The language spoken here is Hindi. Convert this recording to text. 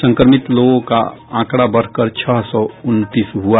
संक्रमित लोगों का आंकड़ा बढ़कर छह सौ उनतीस हुआ